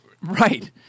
right